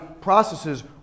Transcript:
processes